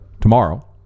tomorrow